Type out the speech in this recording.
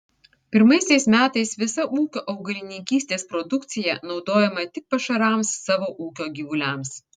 pirmaisiais metais visa ūkio augalininkystės produkcija naudojama tik pašarams savo ūkio gyvuliams